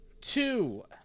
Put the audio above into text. two